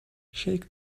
shake